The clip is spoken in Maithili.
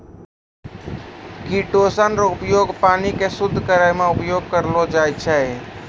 किटोसन रो उपयोग पानी के शुद्ध करै मे उपयोग करलो जाय छै